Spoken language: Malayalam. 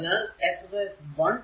അതിനാൽ എക്സർസൈസ് 1